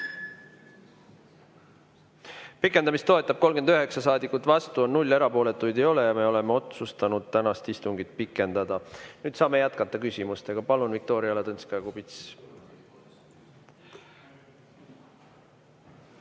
Pikendamist toetab 39 saadikut, vastu on 0, erapooletuid ei ole. Me oleme otsustanud tänast istungit pikendada. Saame jätkata küsimustega. Palun, Viktoria Ladõnskaja-Kubits!